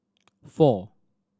four